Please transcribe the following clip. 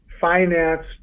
finance